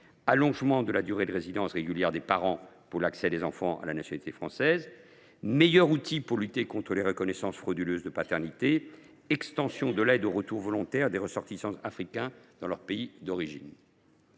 l’allongement de la durée de résidence régulière des parents pour permettre l’accès des enfants à la nationalité française, l’amélioration des outils de lutte contre les reconnaissances frauduleuses de paternité ou encore l’extension de l’aide au retour volontaire des ressortissants africains dans leur pays d’origine.